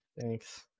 Thanks